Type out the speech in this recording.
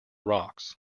rocks